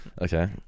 Okay